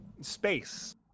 space